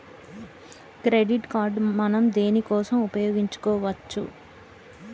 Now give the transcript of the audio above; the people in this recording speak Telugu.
క్రెడిట్ కార్డ్ మనం దేనికోసం ఉపయోగించుకోవచ్చు?